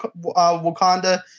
Wakanda